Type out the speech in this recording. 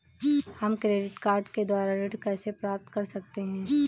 हम credit card के द्वारा ऋण कैसे प्राप्त कर सकते हैं?